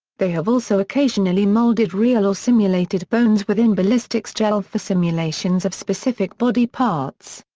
they have also occasionally molded real or simulated bones within ballistics gel for simulations of specific body parts.